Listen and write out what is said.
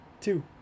Two